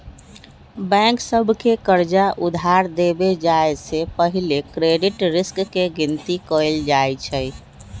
bank सभ के कर्जा उधार देबे जाय से पहिले क्रेडिट रिस्क के गिनति कएल जाइ छइ